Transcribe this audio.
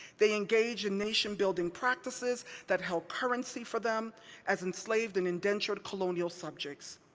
they engage in nation building practices that held currency for them as enslaved and indentured colonial subjects.